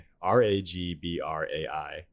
R-A-G-B-R-A-I